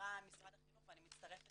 אמרה נציגת משרד החינוך ואני מצטרפת,